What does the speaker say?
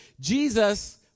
Jesus